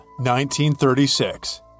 1936